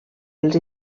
els